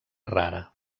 rara